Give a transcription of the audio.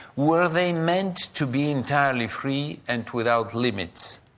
were they meant to be entirely free and without limits?